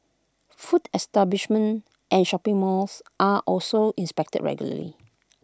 food establishment and shopping malls are also inspected regularly